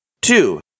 Two